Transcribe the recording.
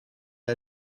est